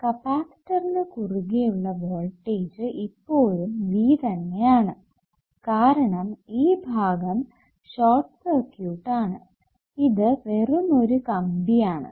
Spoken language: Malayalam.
കപ്പാസിറ്ററിന് കുറുകെ ഉള്ള വോൾടേജ് ഇപ്പോഴും V തന്നെ ആണ് കാരണം ഈ ഭാഗം ഷോർട്ട് സർക്യൂട്ട് ആണ് ഇത് വെറും ഒരു കമ്പി ആണ്